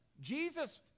Jesus